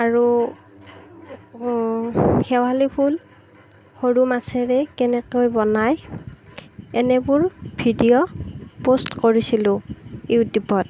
আৰু শেৱালি ফুল সৰু মাছেৰে কেনেকৈ বনাই এনেবোৰ ভিডিঅ' পষ্ট কৰিছিলো ইউটিউবত